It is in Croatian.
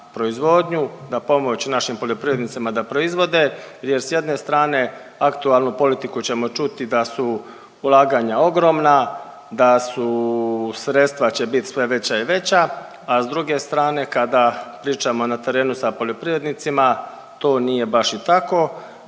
na pomoć našim poljoprivrednicima da proizvode, jer s jedne strane aktualnu politiku ćemo čuti da su ulaganja ogromna, da su sredstva će bit sve veća i veća, a s druge strane kada pričamo na terenu sa poljoprivrednicima to nije baš i tako,